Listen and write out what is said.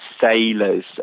sailors